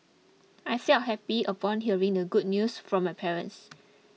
I felt happy upon hearing the good news from my parents